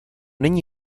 není